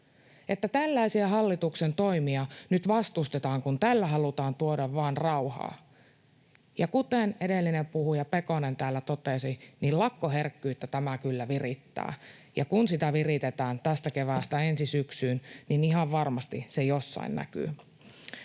että tällaisia hallituksen toimia nyt vastustetaan, kun tällä halutaan tuoda vain rauhaa. Kuten edellinen puhuja Pekonen täällä totesi, lakkoherkkyyttä tämä kyllä virittää, ja kun sitä viritetään tästä keväästä ensi syksyyn, niin ihan varmasti se jossain näkyy.